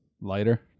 lighter